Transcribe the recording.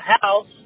house